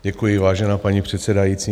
Děkuji, vážená paní předsedající.